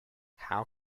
how